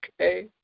okay